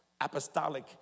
apostolic